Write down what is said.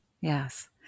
Yes